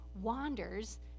wanders